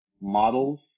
models